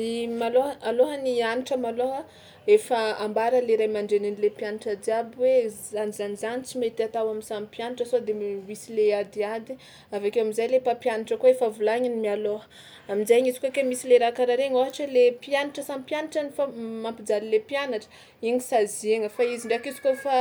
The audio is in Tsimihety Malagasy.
I malôha alôhan'ny hianatra malôha efa ambara le ray aman-drenin'le mpianatra jiaby hoe zany zany zany tsy mety atao am'samy mpianatra sao de misy le adiady, avy akeo am'zay le mpampianatra koa efa volagniny mialôha amin-jainy izy koa ke misy le raha karaha regny ohatra le mpianatra samy mpianatra mif- mampijaly le mpianatra igny saziagna fa izy ndraiky izy kaofa